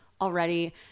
already